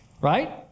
Right